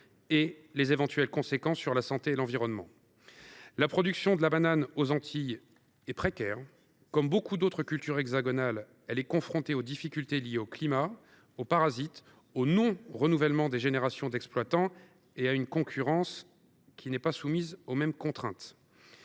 et les éventuelles conséquences sur la santé et l’environnement. La production de la banane aux Antilles est précaire. À l’instar de beaucoup de cultures hexagonales, elle est confrontée aux difficultés liées au climat, aux parasites, au non renouvellement des générations d’exploitants et à la concurrence de producteurs étrangers qui ne sont pas soumis aux mêmes contraintes.